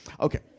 Okay